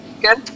Good